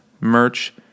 merch